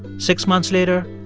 six months later,